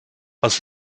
was